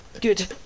good